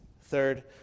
Third